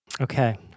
Okay